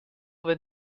wenn